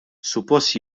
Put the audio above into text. suppost